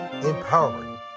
empowering